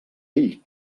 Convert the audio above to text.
ell